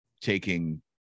taking